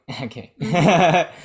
okay